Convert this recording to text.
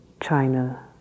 China